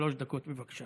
שלוש דקות, בבקשה.